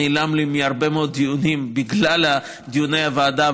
שנעלם לי מהרבה מאוד דיונים בגלל דיוני הוועדה.